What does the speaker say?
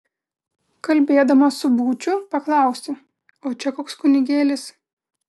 kalbėdamas su būčiu paklausiau o čia koks kunigėlis